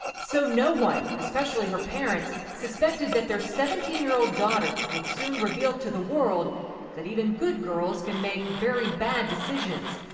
so no one, especially her parents, suspected that their seventeen year old daughter would soon reveal to the world that even good girls can make very bad decisions,